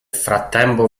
frattempo